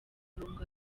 murongo